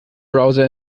browser